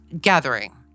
Gathering